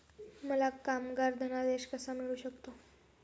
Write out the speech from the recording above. मला कामगार धनादेश कसा मिळू शकतो?